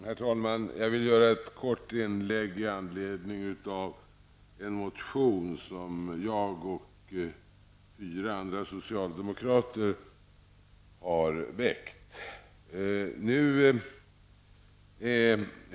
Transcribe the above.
Herr talman! Det skall bli ett kort inlägg. Jag vill bara göra några kommentarer med anledning av en motion som jag och fyra andra socialdemokrater har väckt.